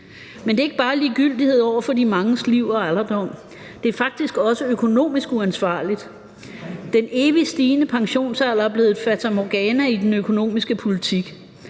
Men det er ikke bare ligegyldighed over for de manges liv og alderdom, det er faktisk også økonomisk uansvarligt. Den evigt stigende pensionsalder er blevet et fatamorgana i den økonomiske politik.